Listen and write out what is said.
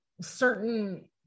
certain